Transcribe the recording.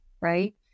right